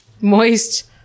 Moist